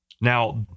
Now